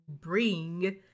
bring